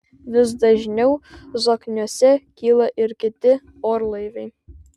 vis dažniau zokniuose kyla ir kiti orlaiviai